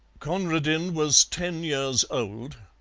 conradin was ten years old,